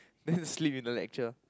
then you sleep in the lecture